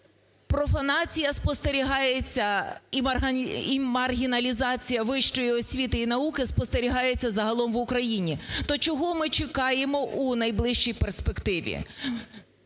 Профанація спостерігається і маргіналізація вищої освіти і науки спостерігається загалом в Україні. То чого ми чекаємо у найближчій